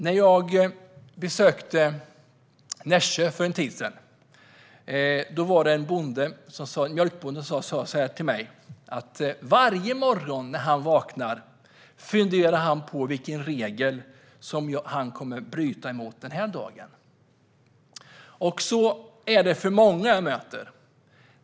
När jag besökte Nässjö för en tid sedan var det en mjölkbonde som sa till mig att varje morgon när han vaknar funderar han på vilken regel som han kommer att bryta mot den dagen. Och så är det för många jag möter.